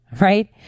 right